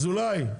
אזולאי,